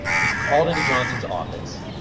he's called into johnson's office.